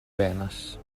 benas